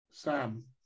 Sam